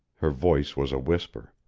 her voice was a whisper.